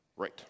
Right